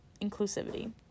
inclusivity